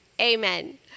Amen